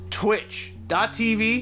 twitch.tv